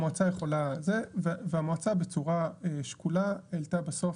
המועצה יכולה והמועצה בצורה שקולה העלתה בסוף.